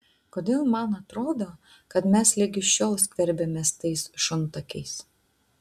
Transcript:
kodėl man atrodo kad mes ligi šiol skverbiamės tais šuntakiais